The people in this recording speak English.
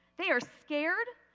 they are scared.